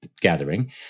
gathering